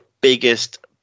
biggest